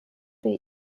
wir